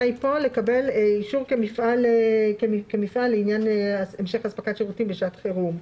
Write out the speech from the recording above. פה לקבל אישור כמפעל לעניין המשך אספקת שירותים בשעת חירום.